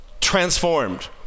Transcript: transformed